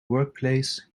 workplace